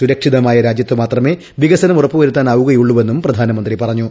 സുരക്ഷിതമായ രാജ്യത്ത് മാത്രമേ വികസനം ഉറപ്പുവരുത്താനാകുക യുള്ളൂ എന്നും പ്രധാനമന്ത്രി പറഞ്ഞു